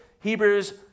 Hebrews